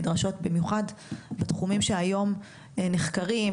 נדרשות במיוחד בתחומים שהיום נחקרים,